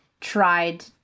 tried